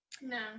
No